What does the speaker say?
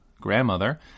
grandmother